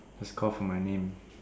just call for my name